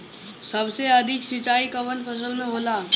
सबसे अधिक सिंचाई कवन फसल में होला?